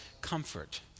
comfort